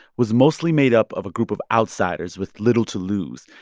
was mostly made up of a group of outsiders with little to lose.